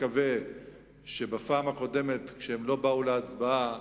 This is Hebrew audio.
בפעם הקודמת הם לא באו להצבעה